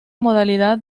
modalidad